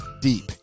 deep